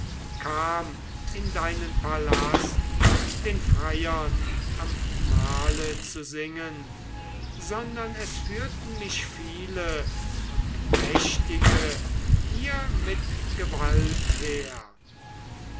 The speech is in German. kam in deinen palast den freiern am mahle zu singen sondern es führten mich viele und mächtige hier mit gewalt her